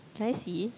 can I see